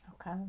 okay